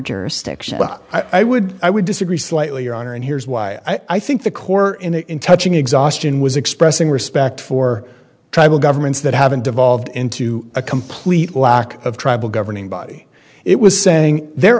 jurisdiction but i would i would disagree slightly your honor and here's why i think the core in touching exhaustion was expressing respect for tribal governments that haven't devolved into a complete lack of tribal governing body it was saying there